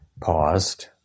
paused